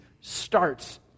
starts